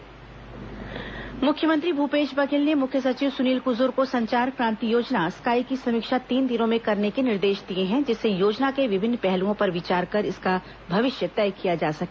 मुख्यमंत्री निर्देश मुख्यमंत्री भूपेश बघेल ने मुख्य सचिव सुनील कुजूर को संचार क्रांति योजना स्काई की समीक्षा तीन दिनों में करने के निर्देश दिए हैं जिससे योजना के विभिन्न पहलुओं पर विचार कर इसका भविष्य तय किया जा सके